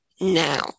now